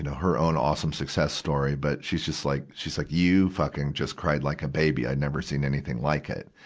and her own awesome success story. but, she's just like, she's like, you fucking just cried like a baby. i never seen anything like it.